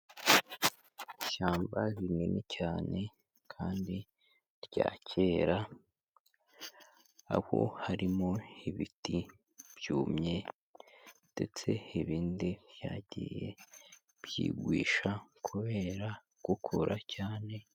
Ishyamba rinini cyane kandi rya kera, aho harimo ibiti byumye ndetse ibindi byagiye byigwisha kubera gukura cyane.